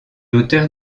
l’auteur